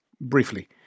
briefly